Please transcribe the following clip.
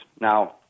Now